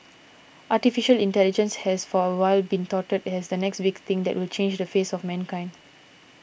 Artificial Intelligence has for a while been touted as the next big thing that will change the face of mankind